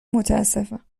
متاسفم